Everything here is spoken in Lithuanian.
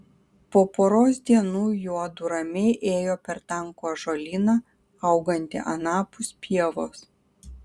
po poros dienų juodu ramiai ėjo per tankų ąžuolyną augantį anapus pievos